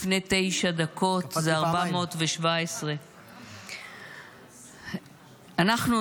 לפני תשע דקות זה 417. אנחנו,